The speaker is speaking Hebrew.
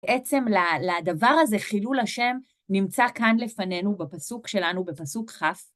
בעצם לדבר הזה, חילול השם, נמצא כאן לפנינו בפסוק שלנו, בפסוק כ'.